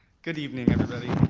good evening everybody.